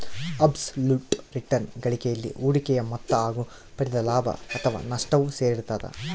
abs ಲುಟ್ return ಗಳಿಕೆಯಲ್ಲಿ ಹೂಡಿಕೆಯ ಮೊತ್ತ ಹಾಗು ಪಡೆದ ಲಾಭ ಅಥಾವ ನಷ್ಟವು ಸೇರಿರ್ತದ